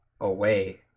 away